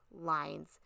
lines